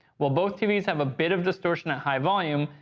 while both tvs have a bit of distortion at high volume,